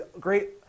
great